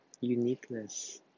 uniqueness